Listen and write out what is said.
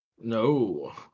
no